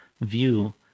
view